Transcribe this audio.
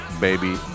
baby